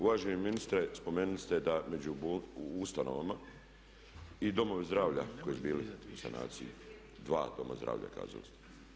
Uvaženi ministre spomenuli ste među ustanovama i domove zdravlja koji su bili u sanaciji, dva doma zdravlja kazali ste.